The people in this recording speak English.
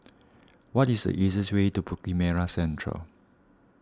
what is the easiest way to Bukit Merah Central